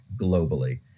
globally